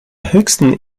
höchsten